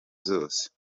zose